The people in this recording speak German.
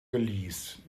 geleast